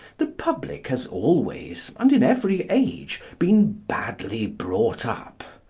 the public has always, and in every age, been badly brought up.